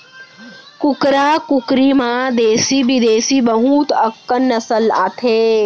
कुकरा कुकरी म देसी बिदेसी बहुत अकन नसल आथे